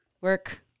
Work